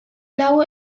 lau